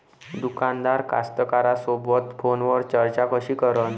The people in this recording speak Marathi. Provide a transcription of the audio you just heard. दुकानदार कास्तकाराइसोबत फोनवर चर्चा कशी करन?